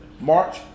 March